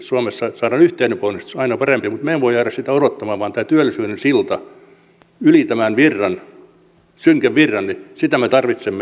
suomessa se että saadaan yhteinen ponnistus on aina parempi mutta me emme voi jäädä sitä odottamaan vaan tätä työllisyyden siltaa yli tämän synkän virran me tarvitsemme